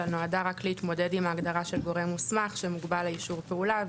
אלא נועדה רק להתמודד עם ההגדרה של גורם מוסמך שמוגבל לאישור פעולה.